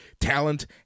talent